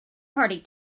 party